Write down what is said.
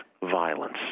violence